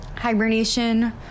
hibernation